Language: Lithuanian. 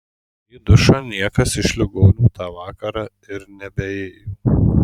į dušą niekas iš ligonių tą vakarą ir nebeėjo